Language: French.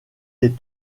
des